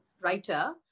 writer